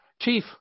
chief